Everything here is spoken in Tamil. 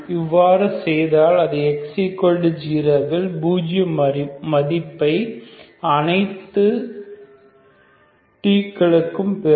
இவ்வாறு செய்தால் அது x0 இல் பூஜ்ஜிய மதிப்பை அனைத்து ∀t க்கும் பெறும்